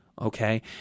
okay